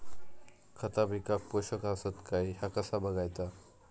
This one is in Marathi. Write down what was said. खता पिकाक पोषक आसत काय ह्या कसा बगायचा?